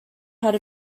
had